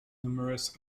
numerous